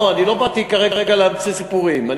אני לא באתי כרגע להמציא סיפורים.